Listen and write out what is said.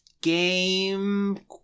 game